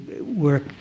work